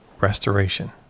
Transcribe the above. restoration